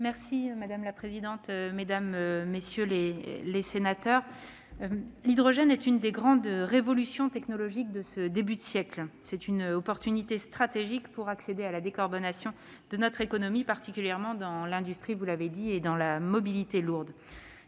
Madame la présidente, mesdames, messieurs les sénateurs, l'hydrogène est l'une des grandes révolutions technologiques de ce début de siècle ; il représente une opportunité stratégique pour contribuer à la décarbonation de notre économie, particulièrement dans l'industrie et la mobilité lourde.